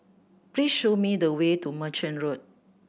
please show me the way to Merchant Road